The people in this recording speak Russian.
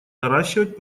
наращивать